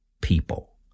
people